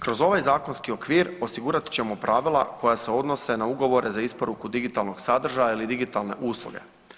Kroz ovaj zakonski okvir osigurat ćemo pravila koja se odnose na ugovore za isporuku digitalnog sadržaja ili digitalne usluge.